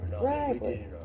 right